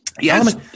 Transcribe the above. Yes